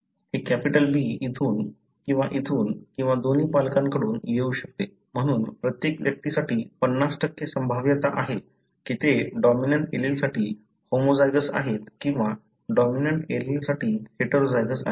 हे capital B इथून किंवा इथून किंवा दोन्ही पालकांकडून येऊ शकते म्हणून प्रत्येक व्यक्तीसाठी 50 संभाव्यता आहे की ते डॉमिनंट एलीलसाठी होमोझायगोस आहेत किंवा डॉमिनंट एलीलसाठी हेटेरोझायगस आहेत